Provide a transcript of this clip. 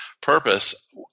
purpose